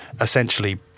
essentially